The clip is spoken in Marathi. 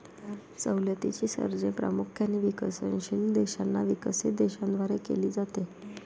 सवलतीची कर्जे प्रामुख्याने विकसनशील देशांना विकसित देशांद्वारे दिली जातात